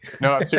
No